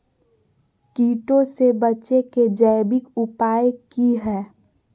कीटों से बचे के जैविक उपाय की हैय?